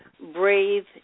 breathe